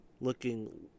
looking –